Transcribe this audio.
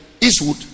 eastwood